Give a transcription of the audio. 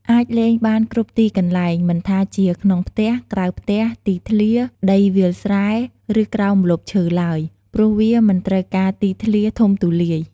អាចលេងបានគ្រប់ទីកន្លែង មិនថាជាក្នុងផ្ទះ ក្រៅផ្ទះ ទីធ្លា ដីវាលស្រែ ឬក្រោមម្លប់ឈើឡើយ ព្រោះវាមិនត្រូវការទីធ្លាធំទូលាយ។